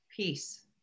Peace